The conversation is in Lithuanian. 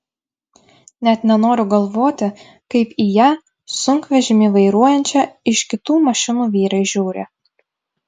net nenoriu galvoti kaip į ją sunkvežimį vairuojančią iš kitų mašinų vyrai žiūri